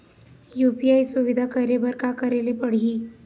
UPI सुविधा शुरू करे बर का करे ले पड़ही?